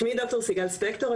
שמי ד"ר סיגל ספקטור,